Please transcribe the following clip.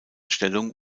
stellung